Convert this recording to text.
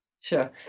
Sure